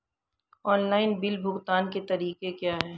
Online bill भुगतान के तरीके क्या हैं?